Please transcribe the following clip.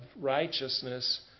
righteousness